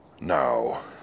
Now